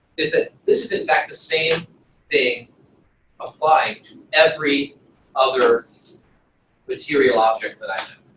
is that this is in fact the same thing applying to every other material object that i know.